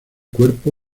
cuerpo